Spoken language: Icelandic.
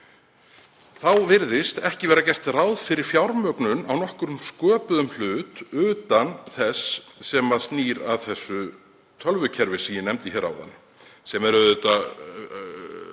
þá virðist ekki vera gert ráð fyrir fjármögnun á nokkrum sköpuðum hlut utan þess sem snýr að þessu tölvukerfi sem ég nefndi áðan, sem er auðvitað